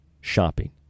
shopping